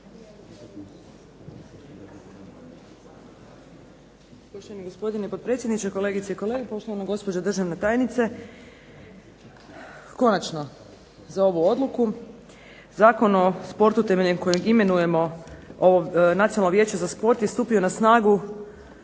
Uvaženi gospodine potpredsjedniče, kolegice i kolege, poštovana gospođo državna tajnice. Konačno za ovu Odluku Zakon o sportu temeljem kojeg imenujemo ovo Nacionalno vijeće za sport je stupio na snagu